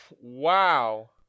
wow